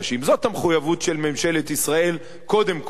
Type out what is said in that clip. זאת המחויבות של ממשלת ישראל קודם כול,